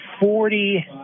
forty